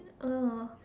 oh